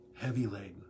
heavy-laden